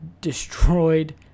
destroyed